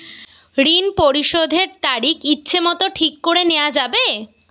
ঋণ পরিশোধের তারিখ ইচ্ছামত ঠিক করে নেওয়া যাবে?